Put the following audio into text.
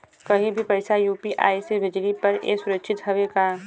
कहि भी पैसा यू.पी.आई से भेजली पर ए सुरक्षित हवे का?